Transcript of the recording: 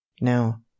now